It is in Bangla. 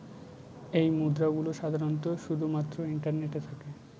এই মুদ্রা গুলো সাধারনত শুধু মাত্র ইন্টারনেটে থাকে